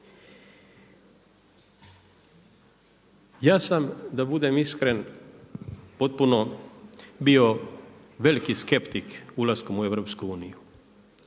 Ja sam da budem iskren potpuno bio veliki skeptik ulaskom u EU i još uvijek